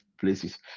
places